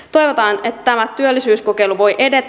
toivotaan että tämä työllisyyskokeilu voi edetä